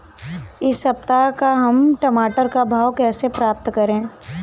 इस सप्ताह का हम टमाटर का भाव कैसे पता करें?